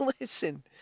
listen